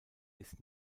ist